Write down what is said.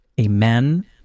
Amen